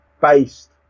based